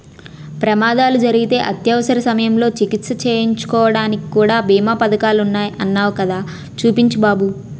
ప్రమాదాలు జరిగితే అత్యవసర సమయంలో చికిత్స చేయించుకోడానికి కూడా బీమా పదకాలున్నాయ్ అన్నావ్ కదా చూపించు బాబు